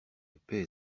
épais